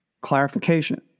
clarification